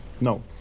No